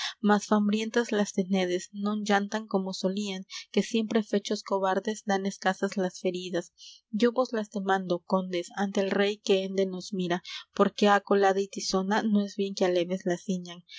mas fambrientas las tenedes non yantan como solían que siempre fechos cobardes dan escasas las feridas yo vos las demando condes ante el rey que ende nos mira porque á colada y tizona no es bien que aleves las ciñan